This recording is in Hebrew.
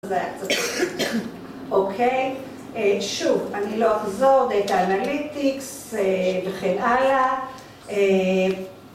‫זה היה קצת... אוקיי? שוב, ‫אני לא אחזור, דטא אנליטיקס, וכן הלאה.